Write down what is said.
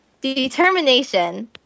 determination